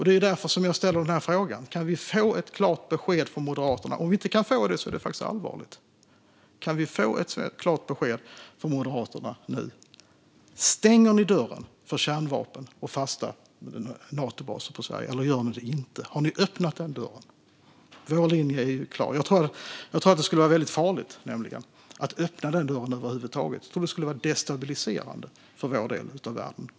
Det är därför jag ställer frågan: Kan vi få ett klart besked från Moderaterna? Om vi inte kan få det är det faktiskt allvarligt. Stänger ni dörren för kärnvapen och fasta Natobaser i Sverige, Margareta Cederfelt, eller gör ni det inte? Har ni öppnat den dörren? Vår linje är klar. Jag tror nämligen att det skulle vara väldigt farligt att öppna den dörren över huvud taget; jag tror att det skulle vara destabiliserande för vår del av världen.